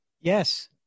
Yes